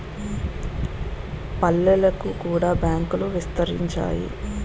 పల్లెలకు కూడా బ్యాంకులు విస్తరించాయి